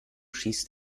schießt